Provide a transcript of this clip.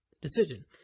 decision